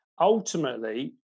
Ultimately